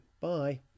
Bye